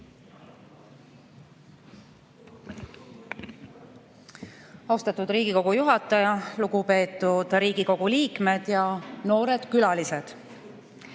Austatud Riigikogu juhataja! Lugupeetud Riigikogu liikmed ja noored külalised!